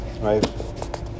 right